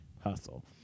hustle